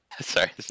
Sorry